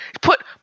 Put